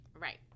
Right